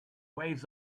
waves